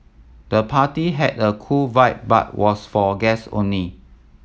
the party had a cool vibe but was for guest only